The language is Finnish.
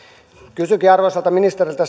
kysynkin arvoisalta ministeriltä